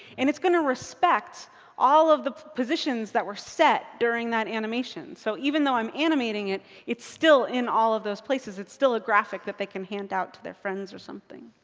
and it's gonna respect all of the positions that were set during that animation. so even though i'm animating it, it's still in all of those places. it's still a graphic that they can hand out to their friends or something.